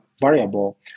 variable